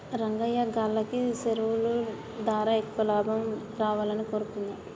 రంగయ్యా గాల్లకి సెరువులు దారా ఎక్కువ లాభం రావాలని కోరుకుందాం